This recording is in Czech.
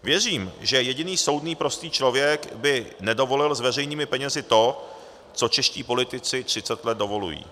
Věřím, že jediný soudný prostý člověk by nedovolil s veřejnými penězi to, co čeští politici třicet let dovolují.